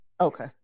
Okay